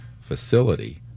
facility